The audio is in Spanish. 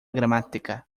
gramática